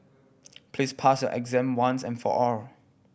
please pass your exam once and for all